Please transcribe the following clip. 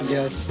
Yes